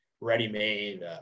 ready-made